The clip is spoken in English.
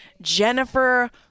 Jennifer